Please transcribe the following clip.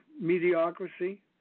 mediocrity